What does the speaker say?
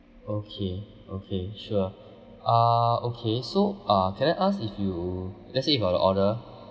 okay okay sure err okay so uh can I ask if you let's say if I want to order